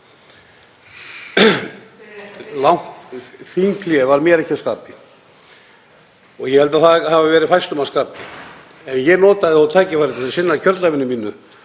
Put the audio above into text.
þinghlé var mér ekki að skapi og ég held að það hafi verið fæstum að skapi, en ég notaði tækifærið til að sinna kjördæminu mínu